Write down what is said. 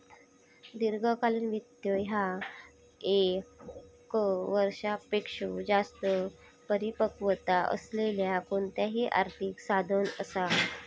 दीर्घकालीन वित्त ह्या ये क वर्षापेक्षो जास्त परिपक्वता असलेला कोणताही आर्थिक साधन असा